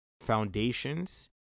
foundations